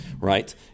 right